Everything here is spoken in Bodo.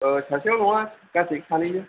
सासेल' नङा गासै सानैजों